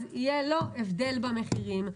אז יהיה לו הבדל במחירים.